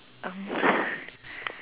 um